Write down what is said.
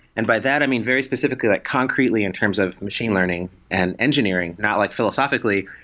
and by that, i mean very specifically, like concretely in terms of machine learning and engineering, not like philosophically,